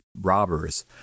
robbers